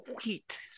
Sweet